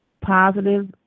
positive